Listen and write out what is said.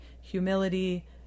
humility